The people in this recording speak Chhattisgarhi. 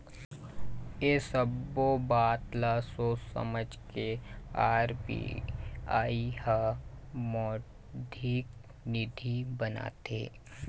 ऐ सब्बो बात ल सोझ समझ के आर.बी.आई ह मौद्रिक नीति बनाथे